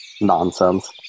nonsense